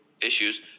issues